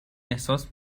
احساس